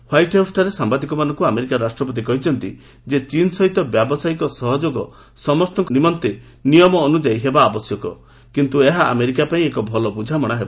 white ହାଉସ୍ଠାରେ ସାମ୍ବାଦିକମାନଙ୍କୁ America ରାଷ୍ଟ୍ରପତି କହିଛନ୍ତି ଯେ ଚୀନ୍ ସହିତ ବ୍ୟବସାୟିକ ସହଯୋଗ ସମସ୍ତଙ୍କ ନିମନ୍ତେ ନିୟମ ଅନୁଯାୟୀ ହେବା ଆବଶ୍ୟକ କିନ୍ତୁ ଏହା ଆମେରିକା ପାଇଁ ଏକ ଭଲ ବ୍ରଝାମଣା ହେବ